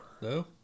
No